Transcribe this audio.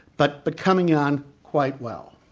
but becoming on quite well.